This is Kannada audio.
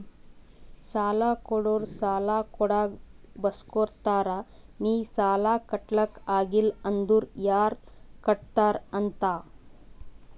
ಸಾಲಾ ಕೊಡೋರು ಸಾಲಾ ಕೊಡಾಗ್ ಬರ್ಸ್ಗೊತ್ತಾರ್ ನಿ ಸಾಲಾ ಕಟ್ಲಾಕ್ ಆಗಿಲ್ಲ ಅಂದುರ್ ಯಾರ್ ಕಟ್ಟತ್ತಾರ್ ಅಂತ್